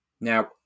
Now